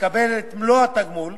לקבל את מלוא התגמול,